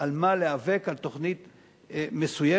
על מה להיאבק, על תוכנית מסוימת.